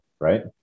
right